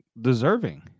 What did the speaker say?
deserving